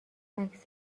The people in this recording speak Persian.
عکس